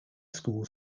school